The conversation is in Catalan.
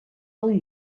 del